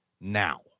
now